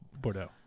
Bordeaux